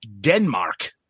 Denmark